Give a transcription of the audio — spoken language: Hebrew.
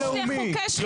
אתה האיש לחוקי שחיתות.